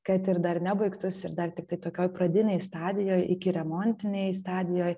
kad ir dar nebaigtus ir dar tiktai tokioj pradinėj stadijoj ikiremontinėj stadijoj